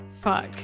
fuck